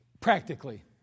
practically